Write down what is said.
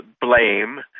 blame